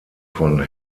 von